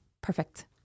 perfect